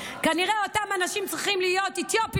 כשהם מדברים על גזענות.